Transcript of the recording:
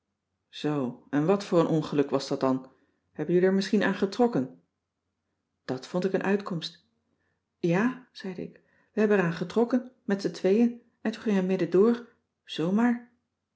zoo en wat voor een ongeluk was dat dan heb jullie er misschien aan getrokken dat vond ik een uitkomst ja zeide ik we hebben er aan getrokken met z'n tweeën en toen ging hij middendoor zoomaar